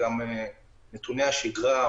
נתוני השגרה,